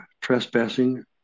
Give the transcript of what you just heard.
trespassing